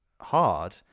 Hard